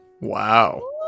wow